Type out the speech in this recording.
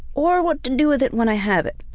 or what to do with it when i have it.